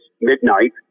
midnight